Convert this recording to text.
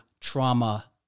trauma